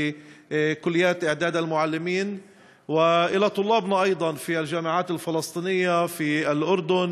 הסטודנטים הערבים שלנו באוניברסיטאות, במכללות,